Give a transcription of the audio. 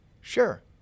sure